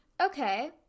Okay